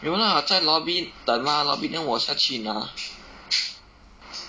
没有 lah 在 lobby 等 mah lobby then 我下去拿